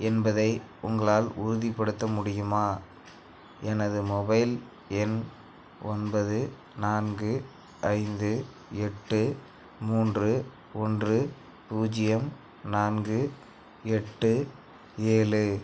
என்பதை உங்களால் உறுதிப்படுத்த முடியுமா எனது மொபைல் எண் ஒன்பது நான்கு ஐந்து எட்டு மூன்று ஒன்று பூஜ்ஜியம் நான்கு எட்டு ஏழு